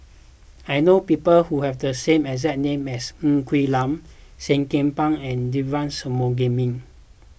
I know people who have the same as as names Ng Quee Lam Seah Kian Peng and Devagi Sanmugam